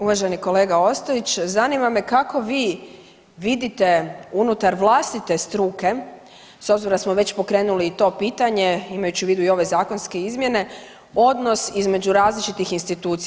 Uvaženi kolega Ostojić, zanima me kako vi vidite unutar vlastite struke s obzirom da smo već pokrenuli i to pitanje imajući u vidu i ove zakonske izmjene odnos između različitih institucija.